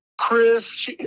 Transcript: Chris